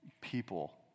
people